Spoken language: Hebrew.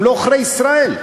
הם לא עוכרי ישראל.